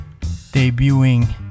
debuting